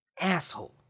asshole